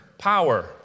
Power